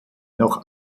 noch